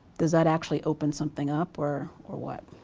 does that actually open something up or or what?